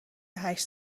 هشت